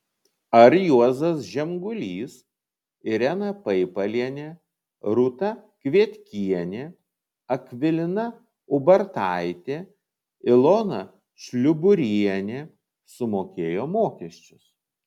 ar juozas žemgulys irena paipalienė rūta kvietkienė akvilina ubartaitė ilona šliuburienė sumokėjo mokesčius